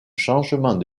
changement